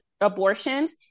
abortions